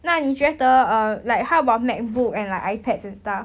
那你觉得 uh like how about Macbook and like iPads and stuff